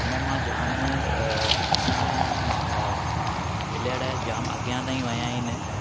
उन मां जाम असां जा मां प्लेयर जाम अॻियां ताईं विया आहिनि